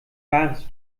wahres